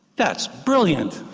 that's brilliant.